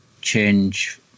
change